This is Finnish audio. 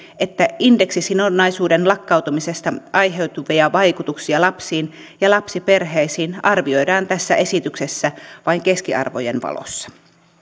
että indeksisidonnaisuuden lakkautumisesta aiheutuvia vaikutuksia lapsiin ja lapsiperheisiin arvioidaan tässä esityksessä vain keskiarvojen valossa